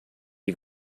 you